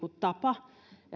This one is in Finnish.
tapa